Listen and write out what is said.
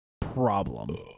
problem